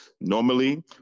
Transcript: normally